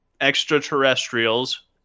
extraterrestrials